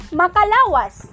makalawas